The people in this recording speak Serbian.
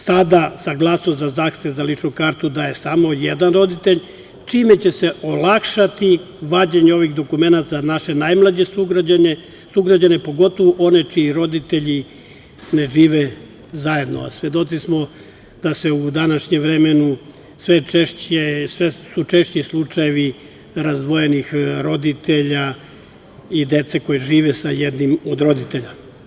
Sada saglasnost za zahtev za ličnu kartu daje samo jedan roditelj, čime će se olakšati vađenje ovih dokumenata za naše najmlađe sugrađane, pogotovo one čiji roditelji ne žive zajedno, a svedoci smo da su u današnje vreme sve češće slučajevi razdvojenih roditelja i dece koja žive sa jednim od roditelja.